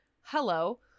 hello